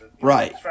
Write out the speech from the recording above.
Right